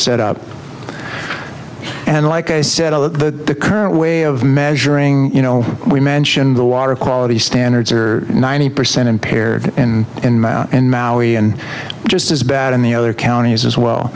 set up and like i said of the current way of measuring you know we mentioned the water quality standards are ninety percent impaired and maui and just as bad in the other counties as well